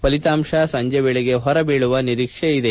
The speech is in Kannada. ಫಲಿತಾಂತ ಸಂಜೆಯ ವೇಳೆಗೆ ಹೊರಬೀಳುವ ನಿರೀಕ್ಷೆ ಇದೆ